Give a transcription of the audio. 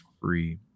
free